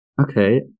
Okay